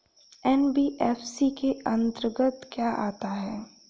NBFC के अंतर्गत क्या आता है?